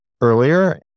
earlier